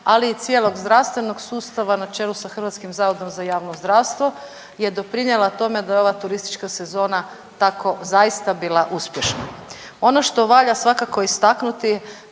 ali i cijelog zdravstvenog sustava na čelu sa Hrvatskim zavodom za javno zdravstvo je doprinijela tome da je ova turistička sezona tako zaista bila uspješna. Ono što valja svakako istaknuti